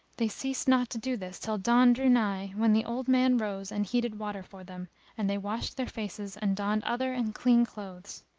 they ceased not to do this till dawn drew nigh, when the old man rose and heated water for them and they washed their faces, and donned other and clean clothes.